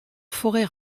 forêt